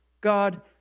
God